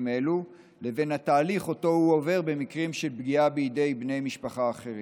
אלו לבין התהליך שהוא עובר במקרים של פגיעה בידי בני משפחה אחרים.